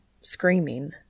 screaming